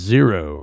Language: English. Zero